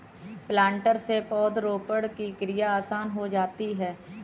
planter से पौधरोपण की क्रिया आसान हो जाती है